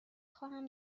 خواهم